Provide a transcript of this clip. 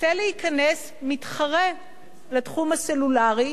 רוצה להיכנס מתחרה לתחום הסלולרי,